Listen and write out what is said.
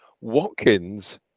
Watkins